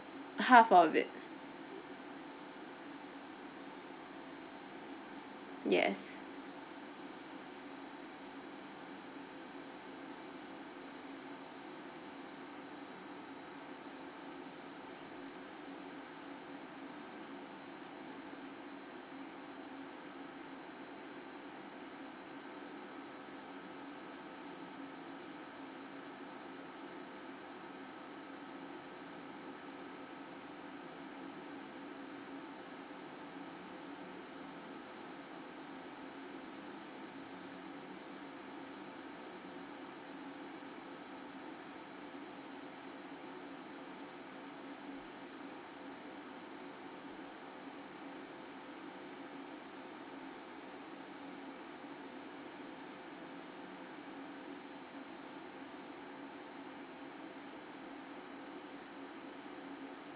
half of it yes